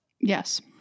Yes